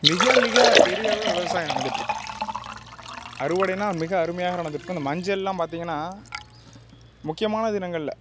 மிக மிக பெரிய அளவில் விவசாயம் நடந்துட்டிருக்கும் அறுவடைனால் மிக அருமையாக நடந்துட்டிருக்கும் இந்த மஞ்சள்லாம் பார்த்திங்கனா முக்கியமான தினங்களில்